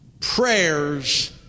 prayers